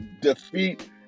defeat